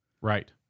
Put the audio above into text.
Right